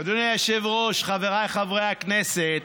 אדוני היושב-ראש, חבריי חברי הכנסת,